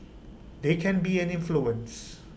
there can be an influence